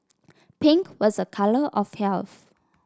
pink was a colour of health